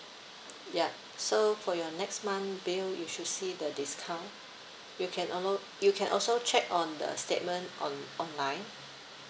yup so for your next month bill you should see the discount you can allo~ you can also check on the statement on online